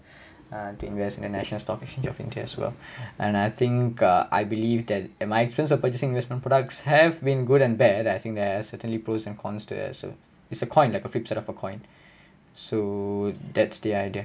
err to invest international stock stock india as well and I think uh I believe that at my experience of purchasing investment products have been good and bad I think there has certainly pros and cons to so it's a coin a perfect set of a coin so that's the idea